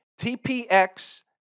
TPX